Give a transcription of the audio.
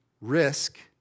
Risk